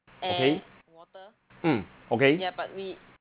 okay mm okay